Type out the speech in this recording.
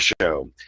show